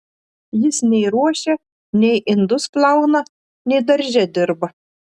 jis nei ruošia nei indus plauna nei darže dirba